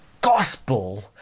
gospel